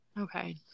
Okay